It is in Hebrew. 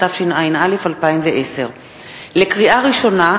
התשע"א 2010. לקריאה ראשונה,